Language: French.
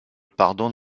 pardon